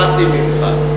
למדתי ממך.